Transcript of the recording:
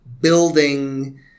building